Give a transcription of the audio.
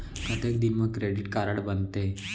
कतेक दिन मा क्रेडिट कारड बनते?